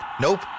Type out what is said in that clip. Nope